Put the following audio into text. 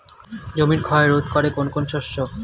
জমির ক্ষয় রোধ করে কোন কোন শস্য?